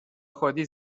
خودی